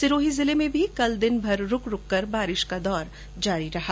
सिरोही जिले मेँ भी भी कल दिनभर रुक रुक कर बारिश का दौर जारी रहा